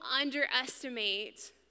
underestimate